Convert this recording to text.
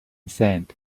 sand